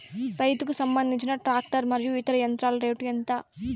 రైతుకు సంబంధించిన టాక్టర్ మరియు ఇతర యంత్రాల రేటు ఎంత?